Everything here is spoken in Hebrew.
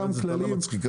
באמת, זאת טענה מצחיקה.